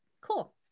Cool